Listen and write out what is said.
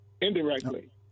Indirectly